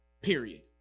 period